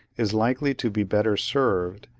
is likely to be better served,